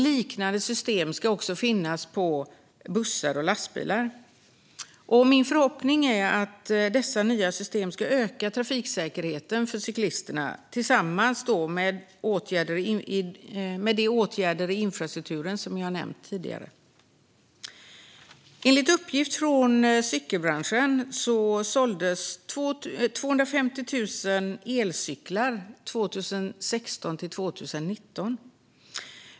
Liknande system ska finnas på bussar och lastbilar. Min förhoppning är att dessa nya system tillsammans med de åtgärder i infrastrukturen som jag har nämnt tidigare ska öka trafiksäkerheten för cyklisterna. Enligt uppgift från Cykelbranschen såldes 250 000 elcyklar 2016-2019.